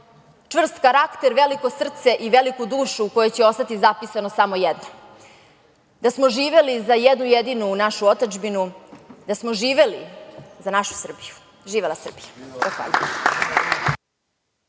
čvrst karakter, veliko srce i veliku dušu, u kojoj će ostati zapisano samo jedno - da smo živeli za jednu jedinu našu otadžbinu, da smo živeli za našu Srbiju. Živela Srbija!